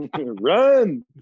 run